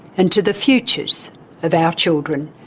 and to the futures of our children.